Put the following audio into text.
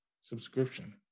subscription